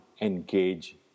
engage